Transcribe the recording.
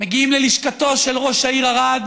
מגיעים ללשכתו של ראש העיר ערד,